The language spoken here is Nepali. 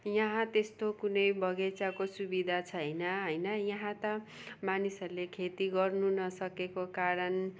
यहाँ त्यस्तो कुनै बगैँचाको सुविधा छैन होइन यहाँ त मानिसहरूले खेती गर्नु नसकेको कारण